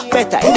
Better